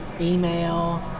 email